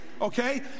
Okay